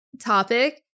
topic